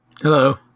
Hello